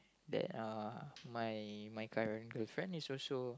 that uh my my current girlfriend is also